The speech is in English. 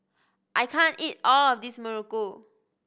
I can't eat all of this muruku